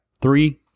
Three